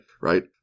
right